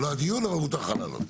זה לא הדיון, אבל מותר לך לעלות.